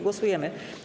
Głosujemy.